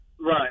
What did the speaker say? right